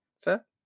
fair